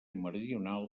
meridional